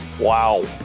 Wow